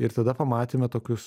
ir tada pamatėme tokius